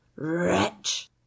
Wretch